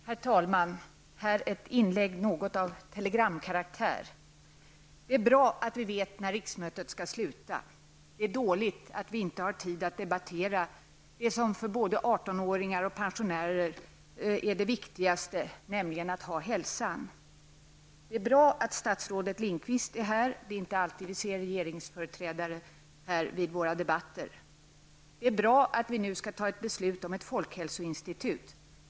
Herr talman! Här kommer ett inlägg som har något av telegramkaraktär över sig. Det är bra att vi vet när riksmötet skall sluta. Det är dåligt att vi inte har tid att debattera det som för både 18-åringar och pensionärer är det viktigaste, nämligen att ha hälsan. Det är bra att statsrådet Lindqvist är här. Det är inte alltid vi ser regeringens företrädare vid våra debatter. Det är bra att vi nu skall ta beslut om ett folkhälsoinstitut.